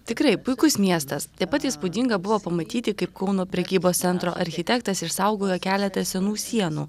tikrai puikus miestas taip pat įspūdinga buvo pamatyti kaip kauno prekybos centro architektas išsaugojo keletą senų sienų